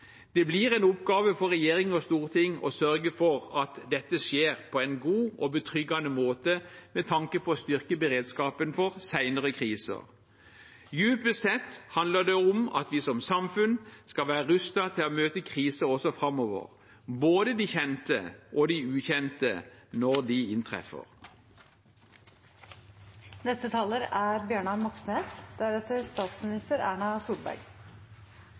Det blir en oppgave for regjering og storting å sørge for at dette skjer på en god og betryggende måte med tanke på å styrke beredskapen for senere kriser. Djupest sett handler det om at vi som samfunn skal være rustet til å møte kriser også framover, både de kjente og de ukjente, når de